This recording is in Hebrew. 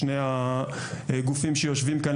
שני הגופים שיושבים כאן,